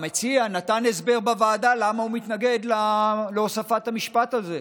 המציע נתן הסבר בוועדה למה הוא מתנגד להוספת המשפט הזה,